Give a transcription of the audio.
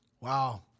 Wow